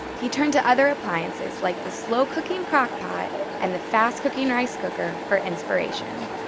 he turned to other appliances, like the slow-cooking crock pot and the fast-cooking rice cooker for inspiration.